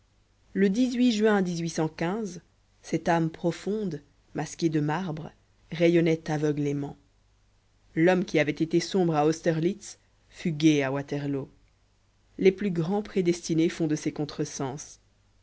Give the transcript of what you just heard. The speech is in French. le juin cette âme profonde masquée de marbre rayonnait aveuglément l'homme qui avait été sombre à austerlitz fut gai à waterloo les plus grands prédestinés font de ces contre-sens